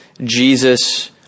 Jesus